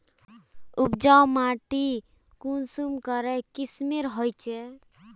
उपजाऊ माटी कुंसम करे किस्मेर होचए?